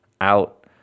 out